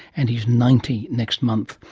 and he's ninety next month.